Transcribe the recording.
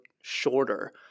shorter